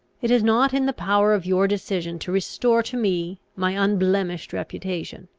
it is not in the power of your decision to restore to me my unblemished reputation,